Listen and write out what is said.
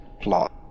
plot